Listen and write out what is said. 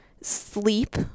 sleep